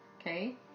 Okay